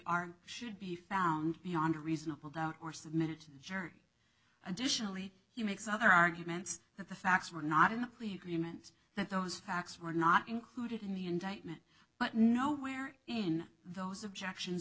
are should be found beyond reasonable doubt or submitted to the jury additionally he makes other arguments that the facts were not in a plea agreement that those facts were not included in the indictment but nowhere in those objections